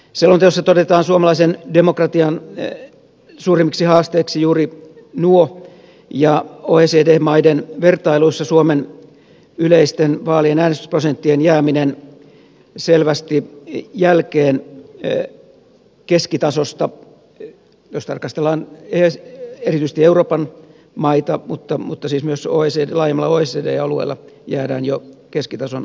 selonteossa todetaan suomalaisen demokratian suurimmiksi haasteiksi juuri nuo ja oecd maiden vertailuissa suomen yleisten vaalien äänestysprosenttien jääminen selvästi jälkeen keskitasosta jos tarkastellaan erityisesti euroopan maita mutta siis myös laajemmalla oecd alueella jäädään jo keskitason alapuolelle